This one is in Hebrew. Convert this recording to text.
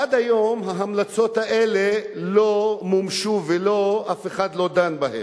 עד היום ההמלצות האלה לא מומשו ואף אחד לא דן בהן.